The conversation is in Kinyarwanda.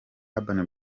urban